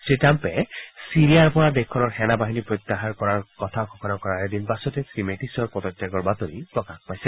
শ্ৰী ট্ৰাম্পে ছিৰিয়াৰ পৰা দেশখনৰ সেনাবাহিনী প্ৰত্যাহাৰ কৰাৰ কথা ঘোষণা কৰাৰ এদিন পাছতেই শ্ৰী মেট্টিছৰ পদত্যাগৰ বাতৰি প্ৰকাশ পাইছে